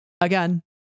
again